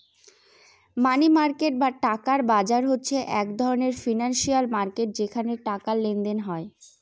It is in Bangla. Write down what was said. মানি মার্কেট বা টাকার বাজার হচ্ছে এক ধরনের ফিনান্সিয়াল মার্কেট যেখানে টাকার লেনদেন হয়